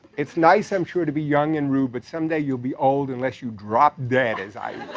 it's nice, i'm sure to be young and rude, but some day you'll be old, unless you drop dead as i